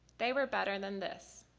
they were better than this.